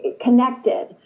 connected